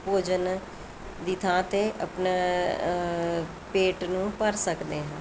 ਭੋਜਨ ਦੀ ਥਾਂ 'ਤੇ ਆਪਣਾ ਪੇਟ ਨੂੰ ਭਰ ਸਕਦੇ ਹਾਂ